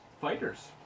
fighters